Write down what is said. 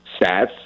stats